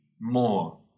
more